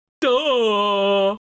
Duh